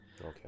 Okay